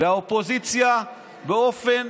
והאופוזיציה באופן,